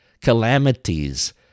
calamities